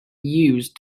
used